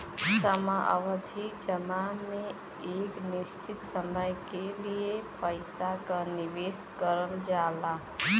सावधि जमा में एक निश्चित समय के लिए पइसा क निवेश करल जाला